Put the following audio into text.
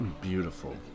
beautiful